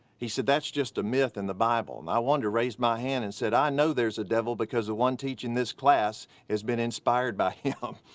he said that's just a myth in the bible, and i wanted to raise my hand and said i know there's a devil because the one teaching this class has been inspired by him.